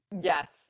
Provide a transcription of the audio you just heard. Yes